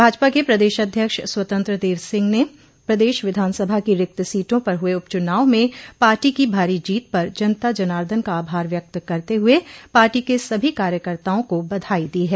भाजपा के प्रदेश अध्यक्ष स्वतंत्र देव सिंह ने प्रदेश विधानसभा की रिक्त सीटों पर हुए उप चुनाव में पार्टी की भारी जीत पर जनता जनार्दन का आभार व्यक्त करते हुए पार्टी के सभी कार्यकर्ताओं को बधाई दी है